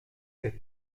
sept